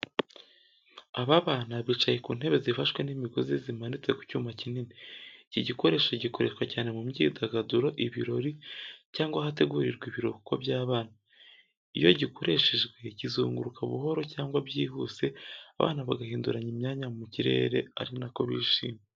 Aba bana bicaye ku ntebe zifashwe n’imigozi zimanitse ku cyuma kinini. Iki gikoresho gikoreshwa cyane mu myidagaduro ibirori, cyangwa ahategurirwa ibiruhuko by’abana. Iyo gikoreshejwe, kizunguruka buhoro cyangwa byihuse abana bagahinduranya imyanya mu kirere, ari na ko bishima.